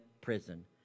prison